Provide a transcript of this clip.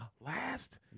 Last